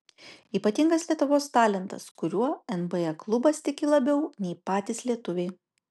ypatingas lietuvos talentas kuriuo nba klubas tiki labiau nei patys lietuviai